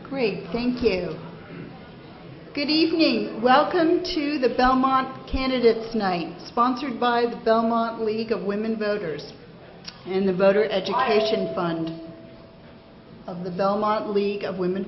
great thank you good evening welcome to the belmont candidates night sponsored by the belmont league of women voters and the voter education fund of the belmont league of women